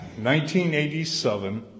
1987